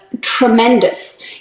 tremendous